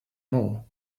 more